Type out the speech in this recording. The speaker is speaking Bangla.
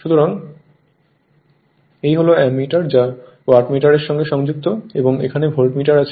সুতরাং এই হল অ্যামমিটার যা ওয়াটমিটার এর সঙ্গে সংযুক্ত এবং এখানে ভোল্টমিটার আছে